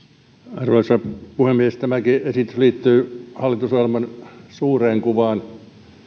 arvoisa puhemies tämäkin esitys liittyy hallitusohjelman suureen kuvaan